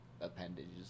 appendages